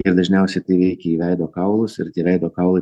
ir dažniausiai tai veikia į veido kaulus ir tie veido kaulai